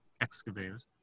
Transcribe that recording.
excavated